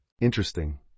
Interesting